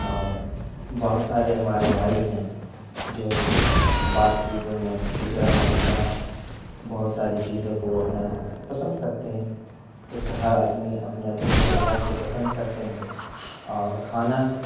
اور بہت سارے ہمارے بھائی ہیں جو بعض چیزوں میں کھچڑا ملیدہ بہت ساری چیزوں کو اپنا پسند کرتے ہیں تو اس سے ہر آدمی اپنے اپنے اعتبار سے پسند کرتے ہیں اور کھانا